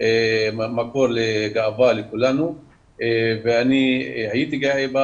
הם מקור לגאווה לכולנו ואני הייתי גאה בה